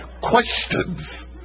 questions